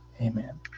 Amen